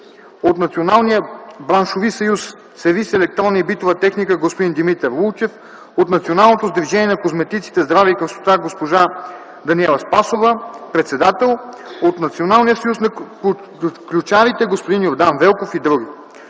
от Националния браншови съюз „Сервиз електронна и битова техника” – господин Димитър Лулчев; от Националното сдружение на козметиците „Здраве и красота” - госпожа Даниела Спасова – председател; от Националния съюз на ключарите – господин Йордан Велков, и други.